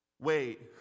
Wait